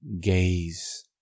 gaze